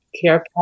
care